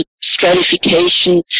stratification